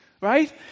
right